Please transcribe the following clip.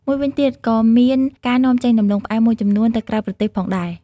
មួយវិញទៀត ក៏មានការនាំចេញដំឡូងផ្អែមមួយចំនួនទៅក្រៅប្រទេសផងដែរ។